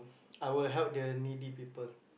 I will help the needy people